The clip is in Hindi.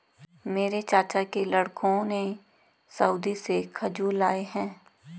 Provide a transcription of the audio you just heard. मेरे चाचा के लड़कों ने सऊदी से खजूर लाए हैं